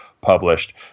published